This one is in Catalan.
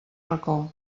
racó